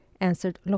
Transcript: answered